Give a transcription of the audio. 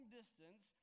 distance